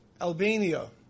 Albania